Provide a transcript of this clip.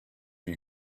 you